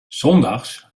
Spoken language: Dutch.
zondags